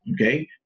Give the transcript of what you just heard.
Okay